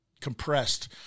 compressed